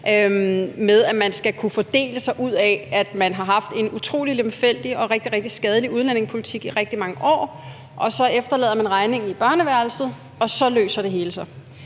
at man skal kunne fordele sig ud af, at man har haft en utrolig lemfældig og rigtig, rigtig skadelig udlændingepolitik i rigtig mange år, og så efterlader man regningen i børneværelset, og så løser det hele sig.